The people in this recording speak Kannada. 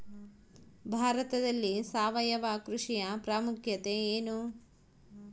ಭಾರತದಲ್ಲಿ ಸಾವಯವ ಕೃಷಿಯ ಪ್ರಾಮುಖ್ಯತೆ ಎನು?